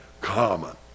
common